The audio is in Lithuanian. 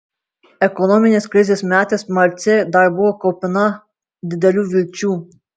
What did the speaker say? ekonominės krizės metais marcė dar buvo kupina didelių vilčių